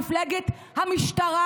מפלגת המשטרה,